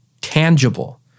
tangible